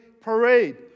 parade